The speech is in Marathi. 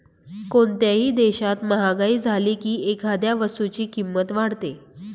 कोणत्याही देशात महागाई झाली की एखाद्या वस्तूची किंमत वाढते